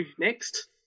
next